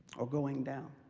or going down.